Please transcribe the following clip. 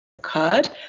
occurred